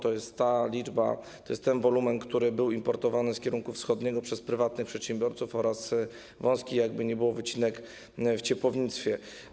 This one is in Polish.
To jest ta liczba, to jest ten wolumen, który był importowany z kierunku wschodniego przez prywatnych przedsiębiorców - jakkolwiek by było, wąski wycinek w ciepłownictwie.